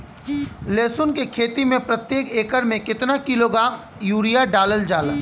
लहसुन के खेती में प्रतेक एकड़ में केतना किलोग्राम यूरिया डालल जाला?